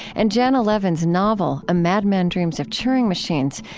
and janna levin's novel, a madman dreams of turing machines,